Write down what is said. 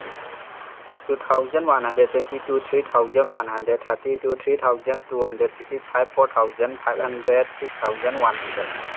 two thousand one hundred twenty two three thousand one hundred thirty two three thousand two hundred fifty five four thousand five hundred six thousand one hundred